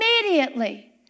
immediately